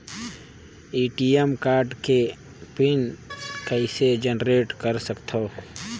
ATM card के pin कइसे generate कर सकथव?